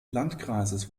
landkreises